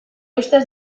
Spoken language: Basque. ustez